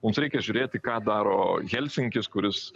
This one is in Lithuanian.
mums reikia žiūrėti ką daro helsinkis kuris